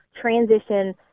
transition